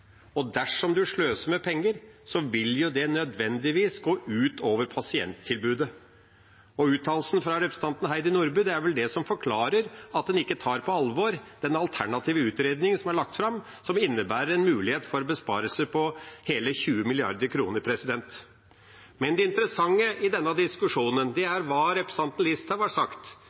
Dersom en sløser med penger, vil det nødvendigvis gå ut over pasienttilbudet. Uttalelsen fra representanten Heidi Nordby Lunde er vel det som forklarer at en ikke tar på alvor den alternative utredningen som er lagt fram, som innebærer en mulighet for besparelser på hele 20 mrd. kr. Men det interessante i denne diskusjonen er hva representanten Listhaug har sagt,